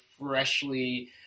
freshly